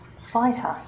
fighter